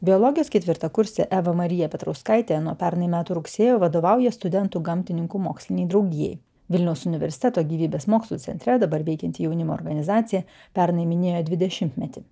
biologijos ketvirtakursė eva marija petrauskaitė nuo pernai metų rugsėjo vadovauja studentų gamtininkų mokslinei draugijai vilniaus universiteto gyvybės mokslų centre dabar veikianti jaunimo organizacija pernai minėjo dvidešimtmetį